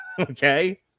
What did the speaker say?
Okay